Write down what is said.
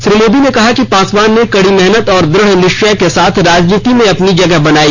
श्री मोदी ने कहा कि पासवान ने कड़ी मेहनत और दढ़ निश्चय के साथ राजनीति में अपनी जगह बनाई